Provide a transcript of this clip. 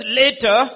later